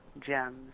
gems